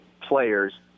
players